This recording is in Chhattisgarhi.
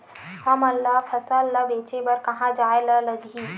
हमन ला फसल ला बेचे बर कहां जाये ला लगही?